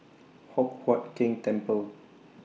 Hock Huat Keng Temple